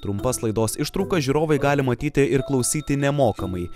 trumpas laidos ištraukas žiūrovai gali matyti ir klausyti nemokamai